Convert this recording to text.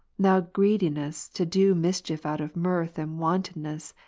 thou greediness to do mischief out of mirth and wantonness,